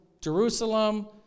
Jerusalem